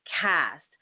cast